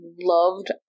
loved